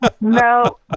No